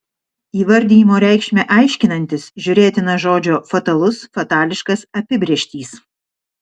įvardijimo reikšmę aiškinantis žiūrėtina žodžio fatalus fatališkas apibrėžtys